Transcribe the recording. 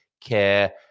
care